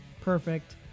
Perfect